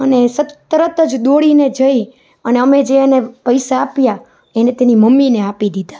અને એ તરત જ દોડીને જઈ અને અમે જે એને પૈસા આપ્યાં એને તેની મમ્મીને આપી દીધાં